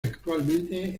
actualmente